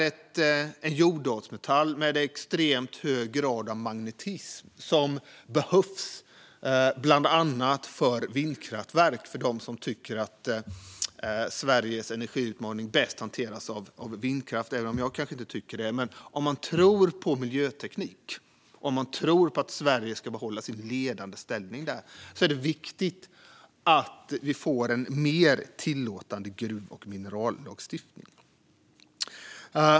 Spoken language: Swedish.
Det är en jordartsmetall med extremt hög grad av magnetism, som behövs bland annat för vindkraftverk - för dem som tycker att Sveriges energiutmaning bäst hanteras med vindkraft, även om jag kanske inte tycker det. Om man tror på miljöteknik och vill att Sverige ska behålla sin ledande ställning där är det viktigt att vi får en mer tillåtande gruv och minerallagstiftning.